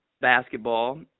basketball